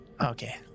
Okay